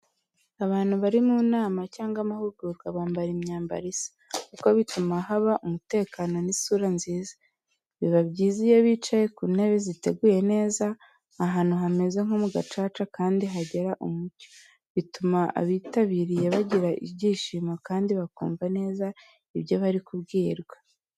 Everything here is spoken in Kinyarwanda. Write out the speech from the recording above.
Abantu bari mu nama cyangwa amahugurwa bambara imyambaro isa, kuko bituma haba umutekano, n'isura nziza. Biba byiza iyo bicaye ku ntebe ziteguye neza, ahantu hameze nko mu gacaca kandi hagera umucyo. Bituma abitabiriye bagira ibyishimo kandi bakumva neza ibyo bari kubwirwa.